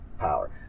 power